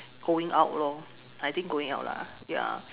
going out lor I think going out lah ya